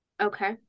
Okay